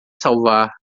salvar